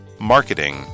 Marketing